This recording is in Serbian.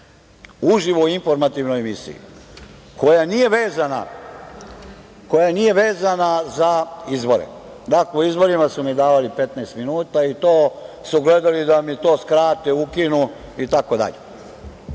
uživo u informativnoj emisiji, koja nije vezana za izbore. U izborima su mi davali 15 minuta i to su gledali da mi i to skrate, ukinu itd.